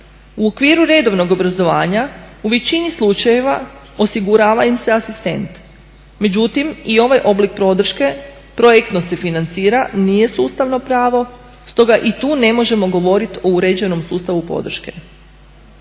U okviru redovnog obrazovanja u većini slučajeva osigurava im se asistent. Međutim, i ovaj oblik podrške projektno se financira, nije sustavno pravo stoga i tu ne možemo govoriti o uređenom sustavu podrške.